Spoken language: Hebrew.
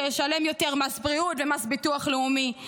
שישלם יותר מס בריאות ומס ביטוח לאומי,